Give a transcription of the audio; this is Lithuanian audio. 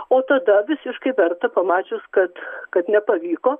o tada visiškai verta pamačius kad kad nepavyko